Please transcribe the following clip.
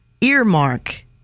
earmark